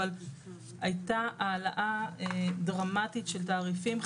אבל הייתה העלאה דרמטית של תעריפים,